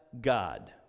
God